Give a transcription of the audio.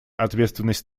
ответственность